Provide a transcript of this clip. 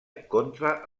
contra